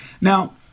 Now